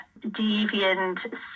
deviant